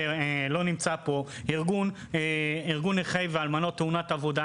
שלא נמצא פה וזה ארגון נכי ואלמנות תאונות עבודה,